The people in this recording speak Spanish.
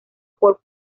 por